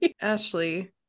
Ashley